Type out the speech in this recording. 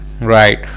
right